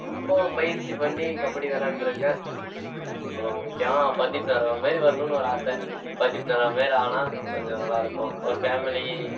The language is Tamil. ரொம்ப பயிற்சி பண்ணி கபடி விளாண்ட்ருக்கேன் முக்கியமாக பர்தீப் நர்வால் மாதிரி வரணும்னு ஒரு ஆசை பர்தீப் நர்வால் மாதிரி ஆனால் கொஞ்சம் நல்லா இருக்கும் ஒரு ஃபேமிலி